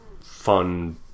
fun